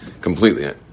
completely